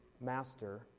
master